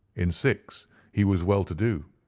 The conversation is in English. in six he was well-to-do,